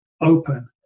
open